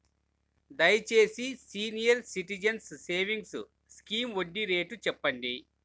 దయచేసి senior citizens savings scheme వడ్డీ rate చెప్పండి